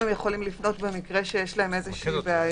הם יכולים לפנות במקרה שיש להם בעיה.